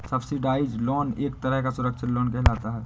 subsidised loan एक तरह का सुरक्षित लोन कहलाता है